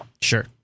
Sure